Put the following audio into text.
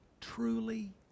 truly